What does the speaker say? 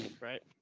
Right